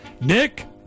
Nick